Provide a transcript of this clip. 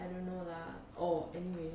I don't know lah orh anyway